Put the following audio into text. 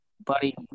buddy